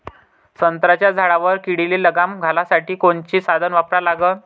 संत्र्याच्या झाडावर किडीले लगाम घालासाठी कोनचे साधनं वापरा लागन?